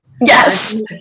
Yes